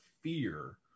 fear